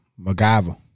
MacGyver